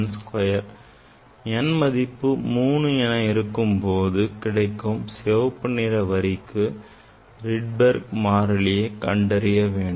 n மதிப்பு 3 என இருக்கும்போது கிடைக்கும் சிவப்பு நிற வரிக்கு Rydberg மாறிலியை கண்டறியவேண்டும்